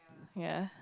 ya